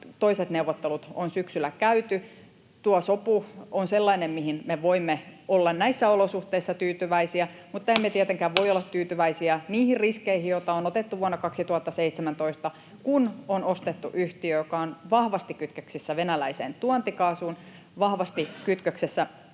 toiset neuvottelut on syksyllä käyty. Tuo sopu on sellainen, mihin me voimme olla näissä olosuhteissa tyytyväisiä, mutta emme tietenkään voi olla tyytyväisiä niihin riskeihin, joita on otettu vuonna 2017, kun on ostettu yhtiö, joka on vahvasti kytköksissä venäläiseen tuontikaasuun, vahvasti kytköksissä